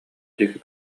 диэки